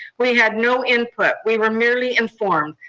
we had no input, we were merely informed.